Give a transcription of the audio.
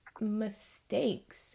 mistakes